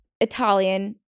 italian